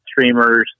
streamers